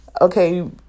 Okay